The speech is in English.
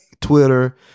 twitter